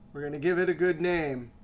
we're going to give it a good name,